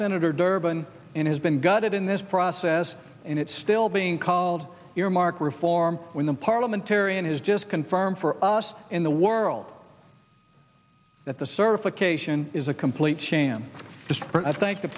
senator durbin and has been gutted in this process and it's still being called earmark reform when the parliamentarian has just confirmed for us in the world that the certification is a complete sham i think the